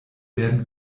werden